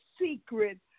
secret